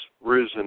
risen